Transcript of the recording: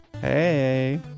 hey